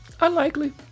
Unlikely